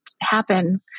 happen